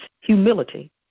humility